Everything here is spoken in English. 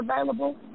available